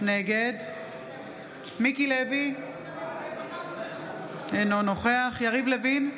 נגד מיקי לוי, אינו נוכח יריב לוין,